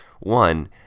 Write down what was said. One